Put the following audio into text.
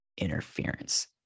interference